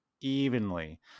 evenly